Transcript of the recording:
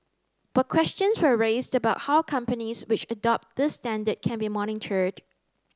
but questions were raised about how companies which adopt this standard can be monitored